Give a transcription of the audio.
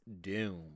doom